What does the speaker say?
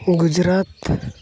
Gujarat